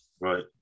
Right